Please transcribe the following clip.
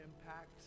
impact